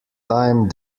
time